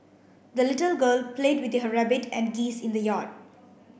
the little girl played with her rabbit and geese in the yard